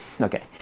okay